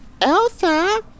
Elsa